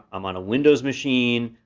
i'm on a windows machine.